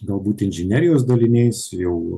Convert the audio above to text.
galbūt inžinerijos daliniais jau